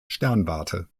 sternwarte